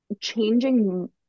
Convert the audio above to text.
changing